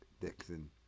Dixon